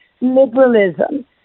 liberalism